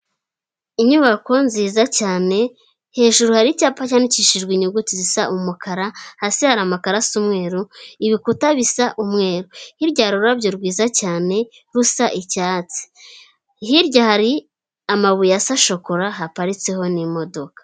Inyubako nziza cyane, hejuru hari icyapa cyandikishijwe inyuguti zisa umukara, hasi hari amakaro asa umweru, ibikuta bisa umweru, hirya hari ururabyo rwiza cyane rusa icyatsi, hirya hari amabuye asa shokora haparitseho n'imodoka.